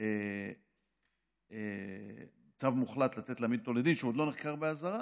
על צו מוחלט להעמיד אותו לדין כשהוא עוד לא נחקר באזהרה,